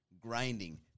grinding